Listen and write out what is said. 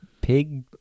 pig-